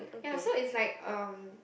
ya so it's like um